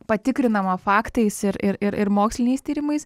patikrinama faktais ir ir ir ir moksliniais tyrimais